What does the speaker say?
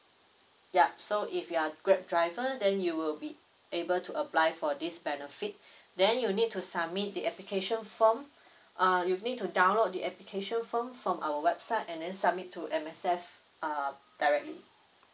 yup so if you are grab driver then you will be able to apply for this benefit then you need to submit the application form uh you need to download the application form from our website and then submit to M_S_F uh directly